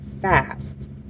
fast